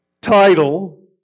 title